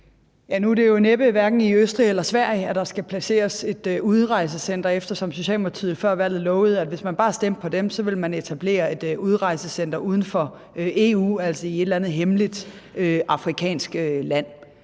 Nu er det jo næppe hverken i Østrig eller Sverige, at der skal placeres et udrejsecenter, eftersom Socialdemokratiet før valget lovede, at hvis man bare stemte på dem, ville der blive etableret et udrejsecenter uden for EU, altså i et eller andet hemmeligt afrikansk land.